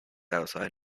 outside